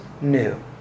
new